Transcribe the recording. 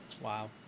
Wow